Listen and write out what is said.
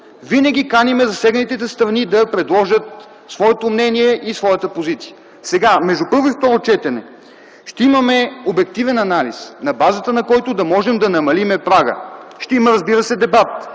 Винаги каним засегнатите страни да предложат своето мнение и своята позиция. Между първо и второ четене ще имаме обективен анализ, на базата на който да можем да намалим прага. Ще има, разбира се, дебат.